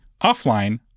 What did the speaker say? offline